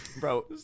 Bro